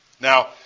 Now